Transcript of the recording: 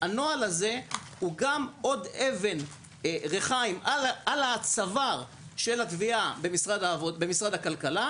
הנוהל הזה הוא עוד אבן ריחיים על הצוואר של התביעה במשרד הכלכלה,